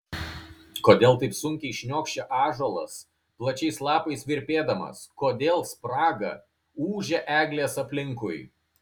kodėl taip sunkiai šniokščia ąžuolas plačiais lapais virpėdamas kodėl spraga ūžia eglės aplinkui